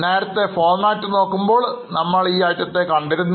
നേരത്തെ ഫോർമാറ്റ് നോക്കുമ്പോൾ ഈ Item ത്തെ നമ്മൾ കണ്ടിരുന്നു